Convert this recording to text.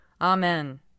Amen